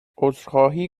عذرخواهی